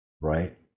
right